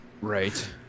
right